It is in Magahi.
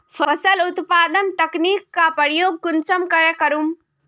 फसल उत्पादन तकनीक का प्रयोग कुंसम करे करूम?